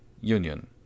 Union